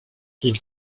ils